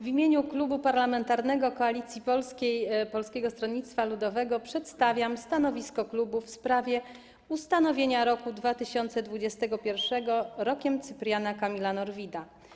W imieniu klubu parlamentarnego Koalicji Polskiej - Polskiego Stronnictwa Ludowego przedstawiam stanowisko klubu w sprawie ustanowienia roku 2021 Rokiem Cypriana Kamila Norwida.